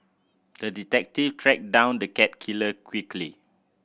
the detective tracked down the cat killer quickly